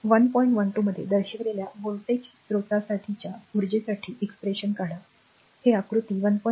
१२ मध्ये दर्शविलेल्या व्होल्टेज स्त्रोतासाठीच्या उर्जेसाठी expression काढा हे आकृती १